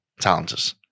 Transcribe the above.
talented